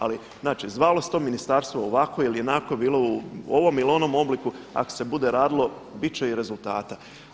Ali, znači zvalo se to ministarstvo ovako ili onako, bilo u ovom ili onom obliku, ako se bude radilo, biti će i rezultata.